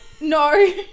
no